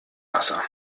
wasser